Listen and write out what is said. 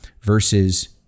versus